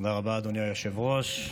תודה רבה, אדוני היושב-ראש.